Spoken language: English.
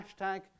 Hashtag